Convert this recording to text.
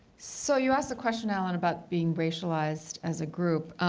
so you asked the question, allen, about being racialized as a group.